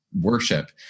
worship